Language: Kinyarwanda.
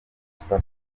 super